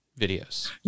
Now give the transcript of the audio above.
videos